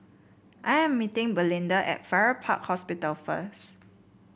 I am meeting Belinda at Farrer Park Hospital first